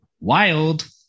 wild